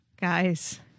Guys